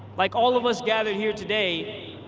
like all of us gathered here today,